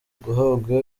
guhabwa